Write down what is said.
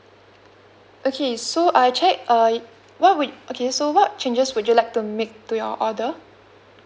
okay so I checked uh what would okay so what changes would you like to make to your order